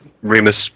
Remus